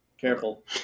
Careful